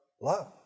love